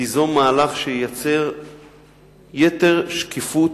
תיזום מהלך שייצר יתר שקיפות